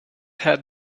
had